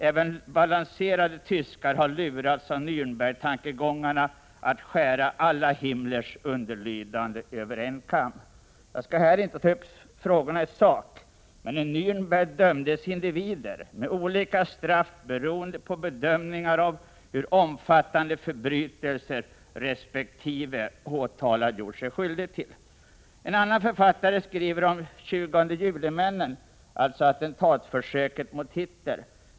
Även balanserade tyskar har lurats av Närnbergtankegångarna att skära alla Himmlers underlydande över en kam.” Jag skall här inte ta upp frågorna i sak, men i Närnberg dömdes individer till olika straff beroende på bedömningar av hur omfattande förbrytelser resp. åtalad gjort sig skyldig till. En annan författare skriver om 20 juli-männen, alltså männen bakom attentatsförsöket mot Hitler.